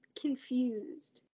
confused